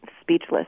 speechless